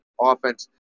offense